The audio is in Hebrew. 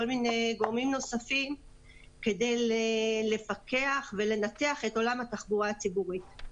מיני גורמים נוספים כדי לפקח ולנתח את עולם התחבורה הציבורית.